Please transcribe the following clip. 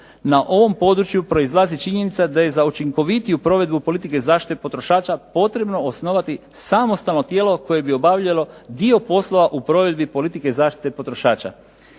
Na ovom području proizlazi činjenica da je za učinkovitiju provedbu politike zaštite potrošača potrebno osnovati samostalno tijelo koje bi obavljalo dio poslova u provedbi politike zaštite potrošača.